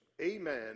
amen